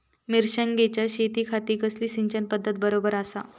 मिर्षागेंच्या शेतीखाती कसली सिंचन पध्दत बरोबर आसा?